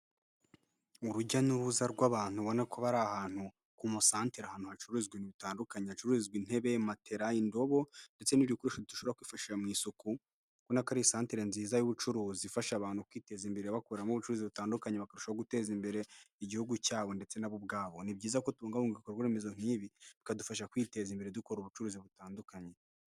Urujya n'uruza rw'abantu ubona ko bari ahantu ku musante ahantu hacuruzwa bitandukanye hacururizwa intebe, matelaidobo ndetse n'udugukoresho dushobora kwifa mu isuku. Ubona ari santeri nziza y'ubucuruzi ifasha abantu kwiteza imbere bakoramo ubucuruzi butandukanye ngo barushaho guteza imbere igihugu cyabo ndetse nabo ubwabo. Ni byiza kubungabunga ibikorwa remezo nk'ibi bikadufasha kwiteza imbere dukora ubucuruzi butandukanye.